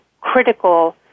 critical